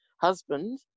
husband